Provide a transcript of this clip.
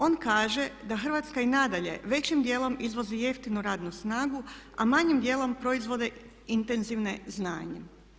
On kaže da Hrvatska i nadalje većim djelom izvozi jeftinu radnu snagu a manjim dijelom proizvode intenzivne znanjem.